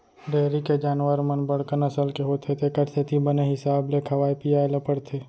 dairy के जानवर मन बड़का नसल के होथे तेकर सेती बने हिसाब ले खवाए पियाय ल परथे